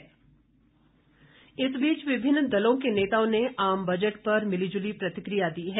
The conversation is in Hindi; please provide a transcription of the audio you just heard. प्रतिक्रिया इस बीच विभिन्न दलों के नेताओं ने आम बजट पर मिलीजुली प्रतिक्रिया दी है